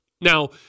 Now